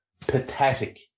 pathetic